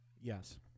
Yes